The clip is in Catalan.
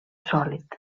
sòlid